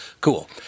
Cool